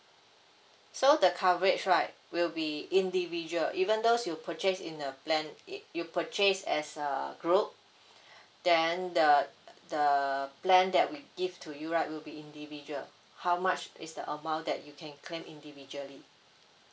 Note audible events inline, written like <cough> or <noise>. so the coverage right will be individual even though you purchase in a plan it you purchase as a group <breath> then the uh the plan that we give to you right will be individual how much is the amount that you can claim individually